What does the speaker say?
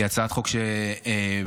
התשפ"ד 2024,